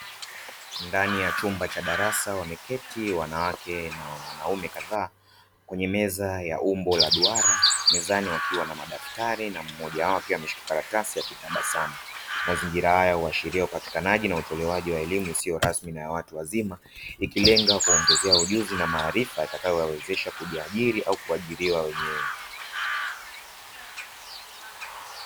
Ndani ya chumba cha darasa wameketi wanawake na wanaume kadhaa kwenye meza ya umbo la duara. Mezani wakiwa na madaftali na mmoja wao akiwa ameshika karatasi akitabasamu. Mazingira haya huashiria upatikanaji na utolewaji wa elimu isiyo rasmi na ya watu wazima ikirenga kuwaongezea ujuzi na maarifa yatakayowawezesha kujiajiri au kuajiriwa wenyewe.